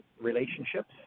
relationships